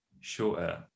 shorter